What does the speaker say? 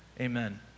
amen